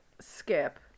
Skip